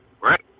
Right